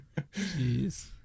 Jeez